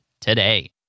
today